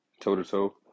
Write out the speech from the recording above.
toe-to-toe